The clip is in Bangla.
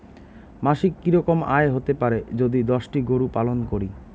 মাসিক কি রকম আয় হতে পারে যদি দশটি গরু পালন করি?